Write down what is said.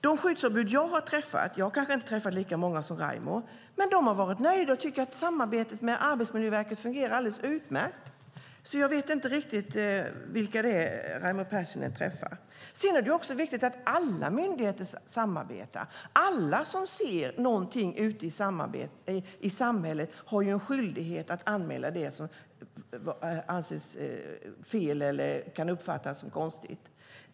De skyddsombud jag har träffat - jag kanske inte har träffat lika många som Raimo - har varit nöjda och tyckt att samarbetet med Arbetsmiljöverket fungerar alldeles utmärkt. Jag vet alltså inte riktigt vilka det är Raimo Pärssinen träffar. Sedan är det också viktigt att alla myndigheter samarbetar. Alla som ser någonting ute i samhället har en skyldighet att anmäla det som anses vara fel eller kan uppfattas som konstigt.